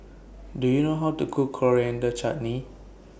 Do YOU know How to Cook Coriander Chutney